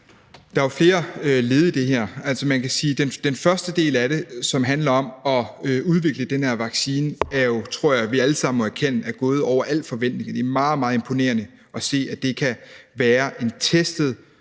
Der er jo flere led i det her. Man kan sige, at den første del af det, som handler om at udvikle den her vaccine, tror jeg vi alle sammen må erkende er gået over forventning. Det er meget imponerende at se, at det kan være en testet